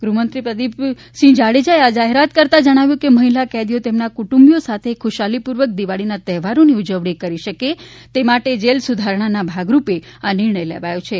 ગૃહમંત્રી પ્રદીપસિંહ જાડેજાએ આ જાહેરાત કરતા જણાવ્યુ કે મહિલા કેદીઓ તેમના કુટુંબીઓ સાથે ખુશાલીપૂર્વક દિવાળીના તહેવારોની ઉજવણી કરી શકે તે માટે જેલસુધારણાના ભાગરૂપે આ નિર્ણય લેવામાં આવ્યો છે